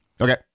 Okay